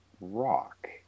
Rock